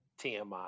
TMI